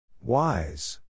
Wise